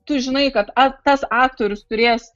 tu žinai kad tas aktorius turės